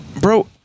bro